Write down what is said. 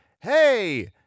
Hey